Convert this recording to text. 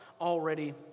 already